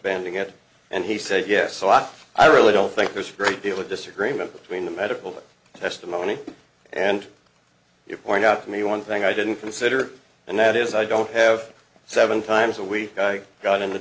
banding it and he said yes a lot i really don't think there's a great deal of disagreement between the medical testimony and you point out to me one thing i didn't consider and that is i don't have seven times a week i got in